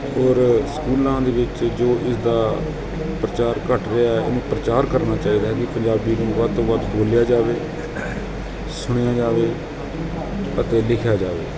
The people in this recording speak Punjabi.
ਔਰ ਸਕੂਲਾਂ ਦੇ ਵਿੱਚ ਜੋ ਇਸਦਾ ਪ੍ਰਚਾਰ ਘੱਟ ਰਿਹਾ ਉਹਨੂੰ ਪ੍ਰਚਾਰ ਕਰਨਾ ਚਾਹੀਦਾ ਕਿ ਪੰਜਾਬੀ ਨੂੰ ਵੱਧ ਤੋਂ ਵੱਧ ਬੋਲਿਆ ਜਾਵੇ ਸੁਣਿਆ ਜਾਵੇ ਅਤੇ ਲਿਖਿਆ ਜਾਵੇ